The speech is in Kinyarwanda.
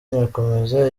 irakomeza